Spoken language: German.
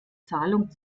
zahlung